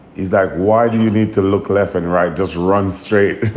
is that why do you need to look left and right? just run straight.